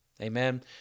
Amen